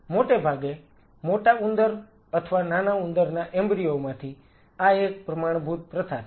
મોટેભાગે મોટા ઉંદર અથવા નાના ઉંદર નાં એમ્બ્રીઓ માંથી આ એક પ્રમાણભૂત પ્રથા છે